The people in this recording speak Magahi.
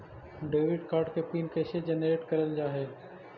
डेबिट कार्ड के पिन कैसे जनरेट करल जाहै?